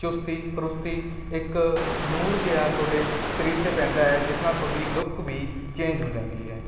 ਚੁਸਤੀ ਫਰੂਸਤੀ ਇੱਕ ਨੂਰ ਜਿਹਾ ਤੁਹਾਡੇ ਸਰੀਰ 'ਤੇ ਪੈਂਦਾ ਹੈ ਜਿਸ ਨਾਲ ਤੁਹਾਡੀ ਲੁਕ ਵੀ ਚੇਂਜ ਹੋ ਜਾਂਦੀ ਹੈ